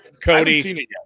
Cody